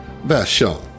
Vashon